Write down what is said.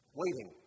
waiting